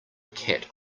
cat